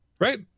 right